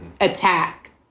attack